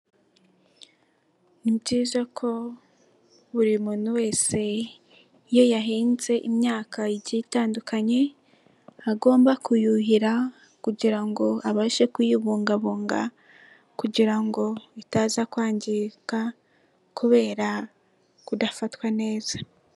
Ni byiza ko buri muntu wese, iyo yahinze imyaka igiye itandukanye, agomba kuyuhira kugira ngo abashe kuyibungabunga kugira ngo bitaza kwangirika kubera kudafatwa neza.